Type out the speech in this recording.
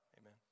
Amen